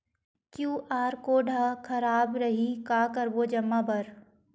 QR code हा खराब रही का करबो जमा बर?